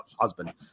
husband